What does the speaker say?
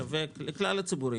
לשווק לכלל הציבור,